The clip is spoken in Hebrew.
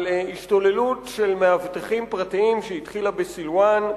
השתוללות של מאבטחים פרטיים שהתחילה בסילואן,